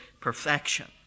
perfection